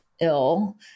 ill